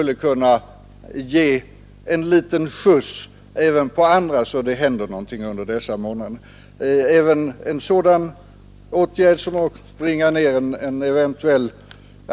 Jag tycker att de ansvariga myndigheterna borde kunna se till att det händer någonting även för de andra under dessa återstående båda månader.